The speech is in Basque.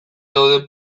daude